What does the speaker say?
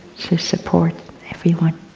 to support everyone.